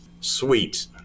Sweet